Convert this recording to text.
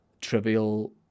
trivial